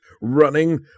running